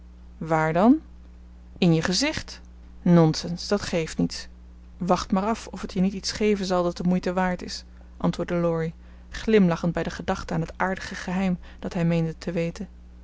waar dan in je gezicht nonsens dat geeft niets wacht maar af of het je niet iets geven zal dat de moeite waard is antwoordde laurie glimlachend bij de gedachte aan het aardige geheim dat hij meende te weten